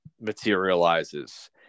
materializes